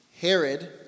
Herod